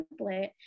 template